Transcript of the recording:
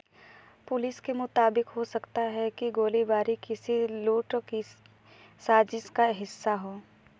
police के मुताबिक हो सकता है कि गोली बारी किसी लूटों की साज़िश का हिस्सा हो